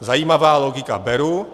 Zajímavá logika, beru.